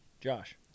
Josh